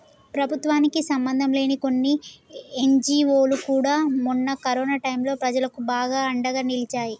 ప్రభుత్వానికి సంబంధంలేని కొన్ని ఎన్జీవోలు కూడా మొన్న కరోనా టైంలో ప్రజలకు బాగా అండగా నిలిచాయి